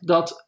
Dat